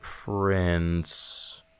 Prince